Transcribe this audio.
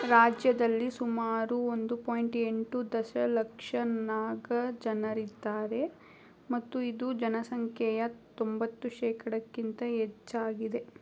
ರಾಜ್ಯದಲ್ಲಿ ಸುಮಾರು ಒಂದು ಪಾಯಿಂಟ್ ಎಂಟು ದಶಲಕ್ಷ ನಾಗಾ ಜನರಿದ್ದಾರೆ ಮತ್ತು ಇದು ಜನಸಂಖ್ಯೆಯ ತೊಂಬತ್ತು ಶೇಖಡಕ್ಕಿಂತ ಹೆಚ್ಚಾಗಿದೆ